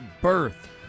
birth